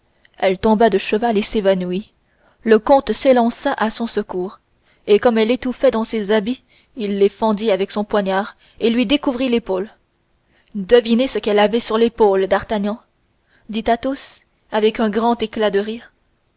elle tomba de cheval et s'évanouit le comte s'élança à son secours et comme elle étouffait dans ses habits il les fendit avec son poignard et lui découvrit l'épaule devinez ce qu'elle avait sur l'épaule d'artagnan dit athos avec un grand éclat de rire